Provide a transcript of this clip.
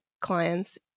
clients